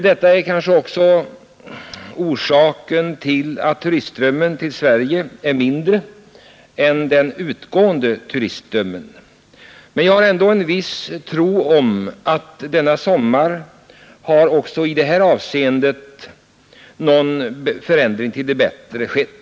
Detta är kanhända också anledningen till att turistströmmen till Sverige är mindre än den utgående turistströmmen, men jag har ändå en viss tro på att det även i det här avseendet skett en förändring till det bättre denna sommar.